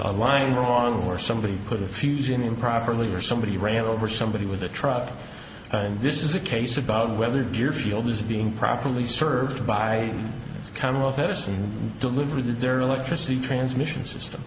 on line wrong or somebody put a fusion improperly or somebody ran over somebody with a truck and this is a case about whether your field is being properly served by its chemical fettucine delivery to their electricity transmission system